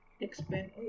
expand